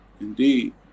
Indeed